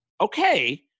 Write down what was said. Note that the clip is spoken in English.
okay